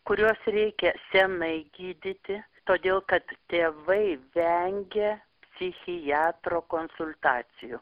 kuriuos reikia senai gydyti todėl kad tėvai vengia psichiatro konsultacijų